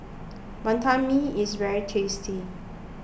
Wantan Mee is very tasty